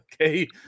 Okay